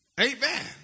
Amen